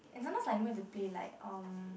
and sometimes like you know have to play like um